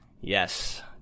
Yes